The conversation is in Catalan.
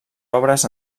obres